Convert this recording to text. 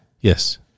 Yes